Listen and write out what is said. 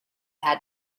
had